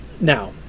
Now